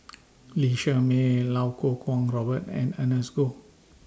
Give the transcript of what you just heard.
Lee Shermay Iau Kuo Kwong Robert and Ernest Goh